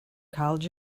college